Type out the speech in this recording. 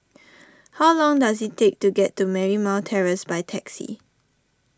how long does it take to get to Marymount Terrace by taxi